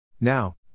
Now